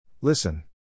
Listen